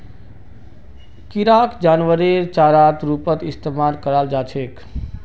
किराक जानवरेर चारार रूपत इस्तमाल कराल जा छेक